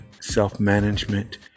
self-management